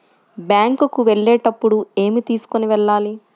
Bank కు వెళ్ళేటప్పుడు ఏమి తీసుకొని వెళ్ళాలి?